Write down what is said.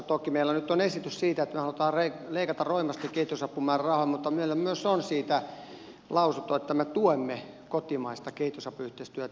toki meillä nyt on esitys siitä että me haluamme leikata roimasti kehitysapumäärärahoja mutta meillä on myös lausunto siitä että me tuemme kotimaista kehitysapuyhteistyötä